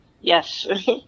Yes